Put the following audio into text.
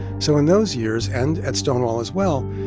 so in those years, and at stonewall as well,